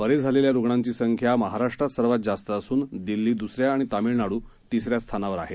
बरे झालेल्या रुग्णांची संख्या महाराष्ट्रात सर्वात जास्त असून दिल्ली द्सऱ्या आणि तामिळनाडू तिसऱ्या स्थानावर आहे